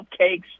cupcakes